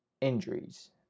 injuries